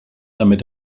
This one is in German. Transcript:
damit